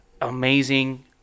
amazing